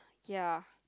ya